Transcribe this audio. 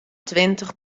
twintich